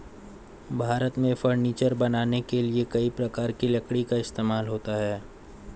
भारत में फर्नीचर बनाने के लिए कई प्रकार की लकड़ी का इस्तेमाल होता है